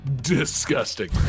disgusting